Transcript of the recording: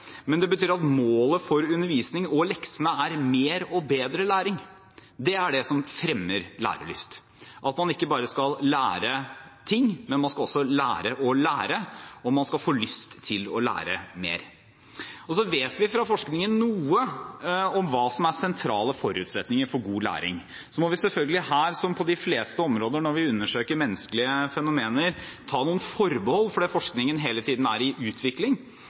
Men det betyr at målet for undervisningen og leksene er mer og bedre læring. Det er det som fremmer lærelyst – at man ikke bare skal lære ting, men at man også skal lære å lære, og man skal få lyst til å lære mer. Fra forskningen vet vi også noe om hva som er sentrale forutsetninger for god læring. Så må vi selvfølgelig her, som på de fleste områder når vi undersøker menneskelige fenomener, ta noen forbehold fordi forskningen hele tiden er i utvikling.